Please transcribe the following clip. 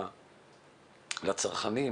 הניכרת לצרכנים,